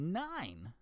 nine